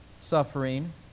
suffering